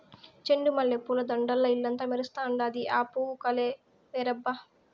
చెండు మల్లె పూల దండల్ల ఇల్లంతా మెరుస్తండాది, ఆ పూవు కలే వేరబ్బా